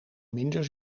minder